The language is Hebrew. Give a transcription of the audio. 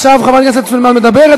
עכשיו חברת הכנסת סלימאן מדברת,